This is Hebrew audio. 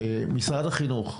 משרד החינוך,